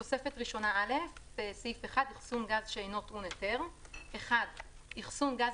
תוספת ראשונה א' (סעיף 1) אחסון גז שאינו טעון היתר אחסון גז